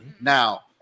Now